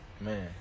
Man